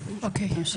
נמשיך.